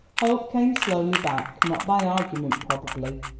hope came slowly back, not by argument probably,